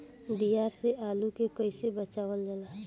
दियार से आलू के कइसे बचावल जाला?